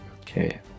Okay